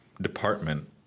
department